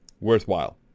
worthwhile